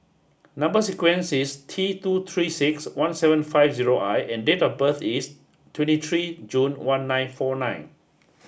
number sequence is T two three six one seven five zero I and date of birth is twenty three June one nine four nine